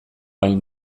hain